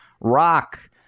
rock